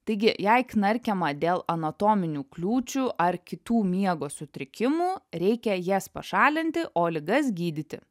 taigi jei knarkiama dėl anatominių kliūčių ar kitų miego sutrikimų reikia jas pašalinti o ligas gydyti